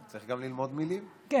צריך ללמוד גם מילים.